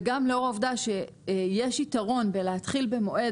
וגם לאור העובדה שיש יתרון בלהתחיל במועד